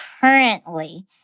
currently